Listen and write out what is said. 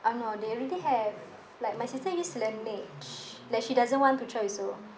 uh no they already have like my sister use Laneige like she doesn't want to try also